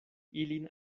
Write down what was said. ilin